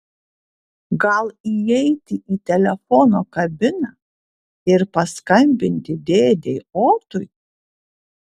gal įeiti į telefono kabiną ir paskambinti dėdei otui